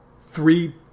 three